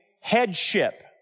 headship